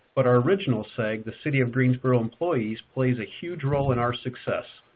but our original seg, the city of greensboro employees, plays a huge role in our success.